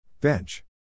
Bench